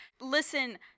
Listen